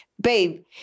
babe